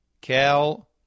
Cal